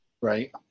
Right